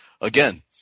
Again